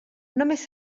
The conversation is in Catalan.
només